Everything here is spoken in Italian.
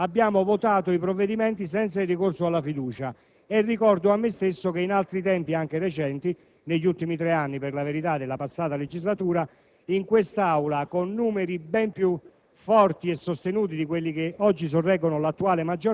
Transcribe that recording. a volte anche di forte contrapposizione, ma in ultimo abbiamo votato senza il ricorso alla fiducia. Rammento a me stesso che in altri tempi, anche recenti (negli ultimi tre anni, per la verità, della passata legislatura), con numeri ben più